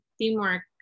teamwork